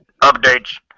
updates